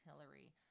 Hillary